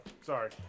sorry